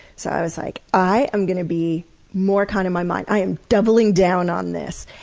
so i was like, i am going to be more kind in my mind! i am doubling down on this.